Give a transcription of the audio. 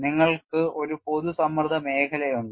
നിങ്ങൾക്ക് ഒരു പൊതു സമ്മർദ്ദ മേഖലയുണ്ട്